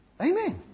Amen